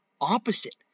opposite